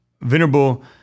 Venerable